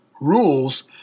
rules